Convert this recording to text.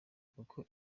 kuko